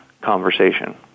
conversation